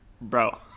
bro